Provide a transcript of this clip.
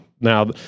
now –